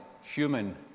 human